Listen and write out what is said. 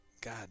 God